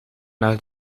naar